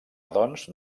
doncs